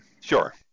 Sure